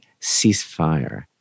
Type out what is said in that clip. ceasefire